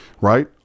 right